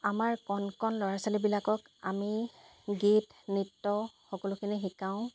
আমাৰ কণ কণ ল'ৰা ছোৱালীবিলাকক আমি গীত নৃত্য সকলোখিনি শিকাওঁ